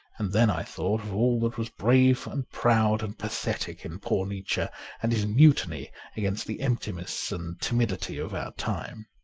and then i thought of all that was brave and proud and pathetic in poor nietzsche and his mutiny against the emptiness and timidity of our time.